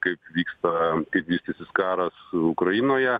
kaip vyksta vystysis karas ukrainoje